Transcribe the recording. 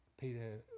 Peter